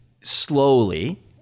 slowly